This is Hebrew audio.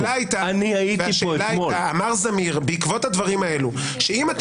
זמיר אמר בעקבות הדברים האלה שאם אתה